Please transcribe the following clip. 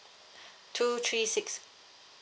two three six